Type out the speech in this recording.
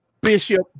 bishop